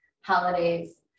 holidays